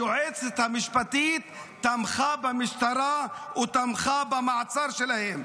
היועצת המשפטית תמכה במשטרה או תמכה במעצר שלהם,